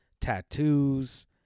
tattoos